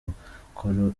umukoro